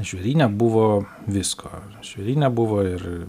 žvėryne buvo visko žvėryne buvo ir